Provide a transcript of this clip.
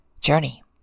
journey